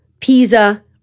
Pisa